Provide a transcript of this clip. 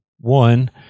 one